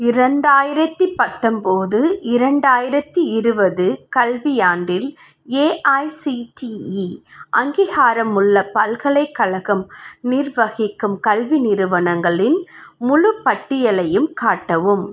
இரண்டாயிரத்து பத்தொம்பது இரண்டாயிரத்து இருபது கல்வியாண்டில் ஏஐசிடிஇ அங்கீகாரமுள்ள பல்கலைக்கழகம் நிர்வகிக்கும் கல்வி நிறுவனங்களின் முழுப் பட்டியலையும் காட்டவும்